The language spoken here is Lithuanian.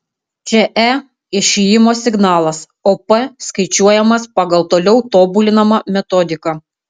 čia e išėjimo signalas o p skaičiuojamas pagal toliau tobulinamą metodiką